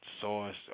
Source